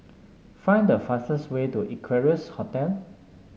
find the fastest way to Equarius Hotel